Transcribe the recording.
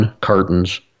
cartons